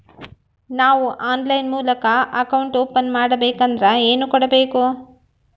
ನಾವು ಆನ್ಲೈನ್ ಮೂಲಕ account open ಮಾಡಬೇಂಕದ್ರ ಏನು ಕೊಡಬೇಕು?